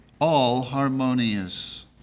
all-harmonious